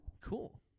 Cool